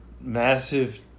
massive